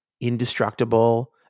indestructible